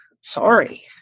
Sorry